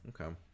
okay